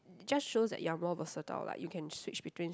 just shows that you are more versatile like you can switch between